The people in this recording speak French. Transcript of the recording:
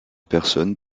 personne